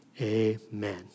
amen